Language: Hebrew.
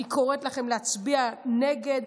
אני קוראת לכם להצביע נגד,